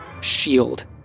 shield